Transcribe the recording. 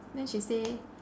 then she say